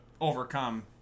overcome